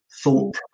Thought